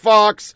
Fox